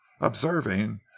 observing